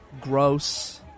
Gross